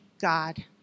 God